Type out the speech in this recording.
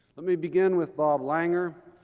let me begin with bob langer.